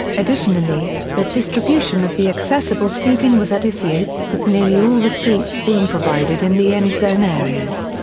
additionally, the distribution of the accessible seating was at issue, with nearly all the seats being provided in the end-zone areas.